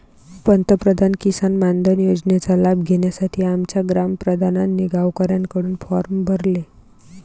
पंतप्रधान किसान मानधन योजनेचा लाभ घेण्यासाठी आमच्या ग्राम प्रधानांनी गावकऱ्यांकडून फॉर्म भरले